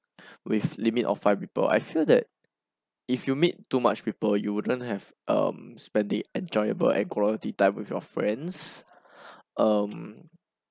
with limit of five people I feel that if you meet too much people you wouldn't have um spent the enjoyable and quality time with your friends um